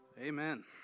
Amen